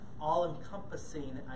all-encompassing